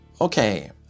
Okay